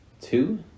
Two